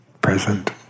present